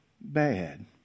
bad